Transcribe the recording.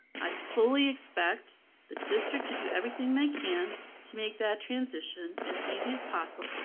i fully expect the district to do everything they can to make that transition as easy as possible.